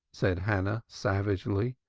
said hannah savagely.